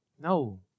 No